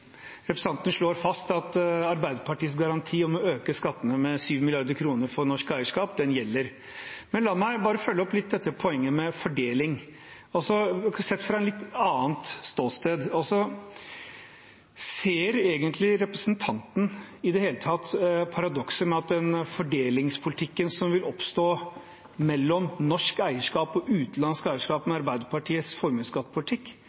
Representanten slår fast at Arbeiderpartiets garanti om å øke skattene med 7 mrd. kr for norsk eierskap gjelder. La meg bare følge opp poenget med fordeling sett fra et litt annet ståsted. Ser egentlig representanten i det hele tatt paradokset med at den fordelingspolitikken som vil oppstå mellom norsk eierskap og utenlandsk eierskap